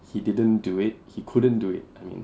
he didn't do it he couldn't do it I mean